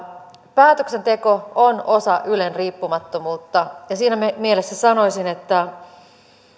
päätöksenteko on osa ylen riippumattomuutta siinä mielessä sanoisin että